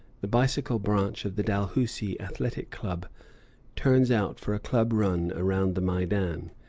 the bicycle branch of the dalhousie athletic club turns out for a club run around the maidan,